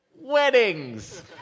Weddings